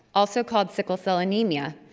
also called sickle cell anemia,